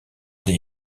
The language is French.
des